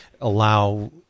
allow